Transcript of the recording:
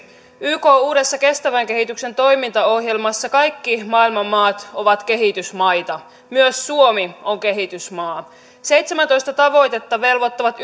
ykn uudessa kestävän kehityksen toimintaohjelmassa kaikki maailman maat ovat kehitysmaita myös suomi on kehitysmaa seitsemäntoista tavoitetta velvoittavat